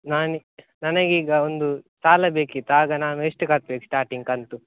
ನಾನು ನನಗೀಗ ಒಂದು ಸಾಲ ಬೇಕಿತ್ತು ಆಗ ನಾನು ಎಷ್ಟು ಕಟ್ಬೇಕು ಸ್ಟಾರ್ಟಿಂಗ್ ಕಂತು